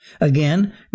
Again